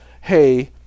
Hey